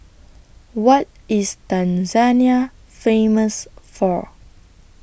What IS Tanzania Famous For